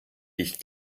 ich